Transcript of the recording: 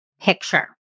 picture